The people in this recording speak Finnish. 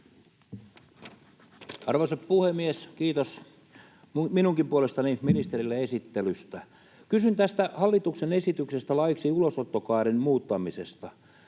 Arvoisa puhemies! Kiitos minunkin puolestani ministerille esittelystä. Kysyn tästä hallituksen esityksestä laiksi ulosottokaaren muuttamisesta.